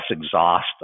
exhaust